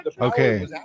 okay